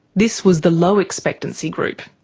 this was the low expectancy group.